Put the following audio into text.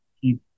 keep